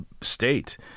state